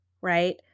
right